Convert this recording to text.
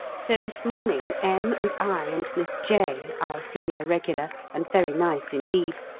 so this morning m. and i and miss j, our senior regular, and very nice indeed,